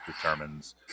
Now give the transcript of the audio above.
determines